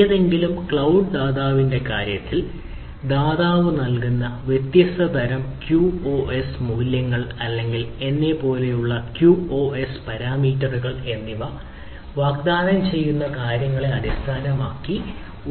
ഏതെങ്കിലും ക്ലൌഡ് ദാതാവിന്റെ കാര്യത്തിൽ ദാതാവ് നൽകുന്ന വ്യത്യസ്ത തരം ക്യൂഒഎസ് മൂല്യങ്ങൾ അല്ലെങ്കിൽ എന്നെപ്പോലുള്ള ക്യൂഒഎസ് പാരാമീറ്ററുകൾ എന്നിവ വാഗ്ദാനം ചെയ്യുന്ന കാര്യങ്ങളെ അടിസ്ഥാനമാക്കി